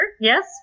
Yes